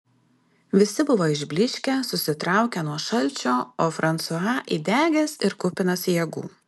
visi buvo išblyškę susitraukę nuo šalčio o fransua įdegęs ir kupinas jėgų